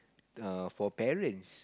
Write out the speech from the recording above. err for parents